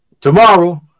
Tomorrow